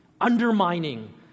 undermining